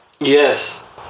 Yes